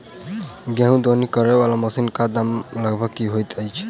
गेंहूँ दौनी करै वला मशीन कऽ दाम लगभग की होइत अछि?